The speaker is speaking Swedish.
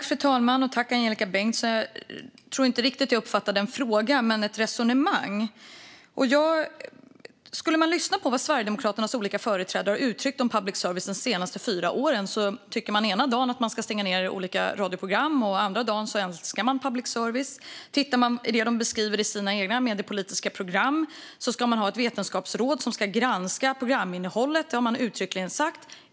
Fru talman! Tack, Angelika Bengtsson! Jag tror inte att jag uppfattade en fråga, men det finns ett resonemang. Om man lyssnar på vad Sverigedemokraternas olika företrädare har uttryckt om public service de senaste fyra åren tycker de ena dagen att man ska stänga ned olika radioprogram och andra dagen älskar de public service. Tittar man på vad de beskriver i sina egna mediepolitiska program vill de ha ett vetenskapsråd som ska granska programinnehållet. Det har de uttryckligen sagt.